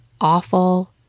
awful